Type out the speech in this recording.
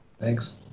thanks